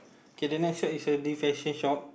K the next shop is new fashion shop